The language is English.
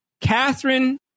Catherine